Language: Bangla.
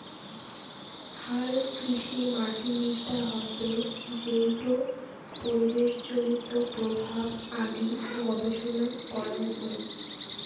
হালকৃষিমাটিবিদ্যা হসে যেইটো পরিবেশজনিত প্রভাব আদি গবেষণা করাং হই